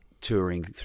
touring